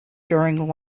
during